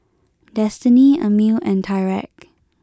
Destiney Amil and Tyrek